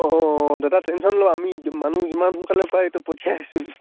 অঁ দাদা টেনচন লওঁ আমি মানুহ যিমান সোনকালে পাৰি এইটো পঠিয়াই আছোঁ